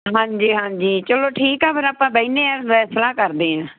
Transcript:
ਹਾਂਜੀ ਹਾਂਜੀ ਚਲੋ ਠੀਕ ਆ ਫਿਰ ਆਪਾਂ ਬਹਿੰਦੇ ਹਾਂ ਫਿਰ ਸਲਾਹ ਕਰਦੇ ਹਾਂ